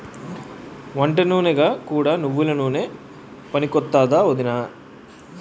వంటనూనెగా కూడా నువ్వెల నూనె పనికొత్తాదా ఒదినా?